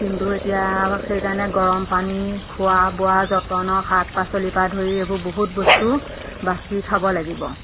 কিন্তু এতিয়া সেইকাৰণে গৰম পানী খোৱা বোৱা যতনৰ শাক পাচলিৰপৰা ধৰি এইবোৰ বহুত বস্তু বাছি খাব লাগিব